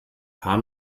paar